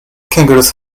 kangaroos